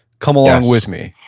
come along with me.